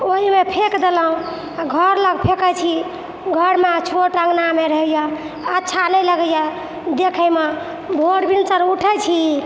ओहिमे फेक देलहुँ आओर घर लग फेकै छी घरमे छोट अँगनामे रहैए अच्छा नहि लगैए देखैमे भोर भिनसर उठै छी